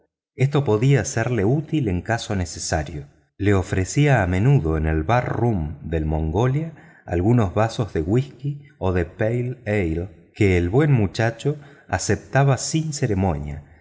esto podría serle útil en caso necesario le ofrecía a menudo en el bar del mongolia algunos vasos de whisky o de pale ale que el buen muchacho aceptaba sin ceremonia